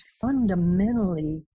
fundamentally